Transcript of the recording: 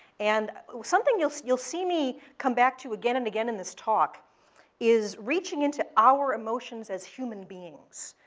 and something you'll see you'll see me come back to again and again in this talk is reaching into our emotions as human beings.